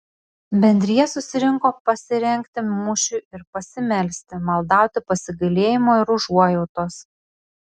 bendrija susirinko pasirengti mūšiui ir pasimelsti maldauti pasigailėjimo ir užuojautos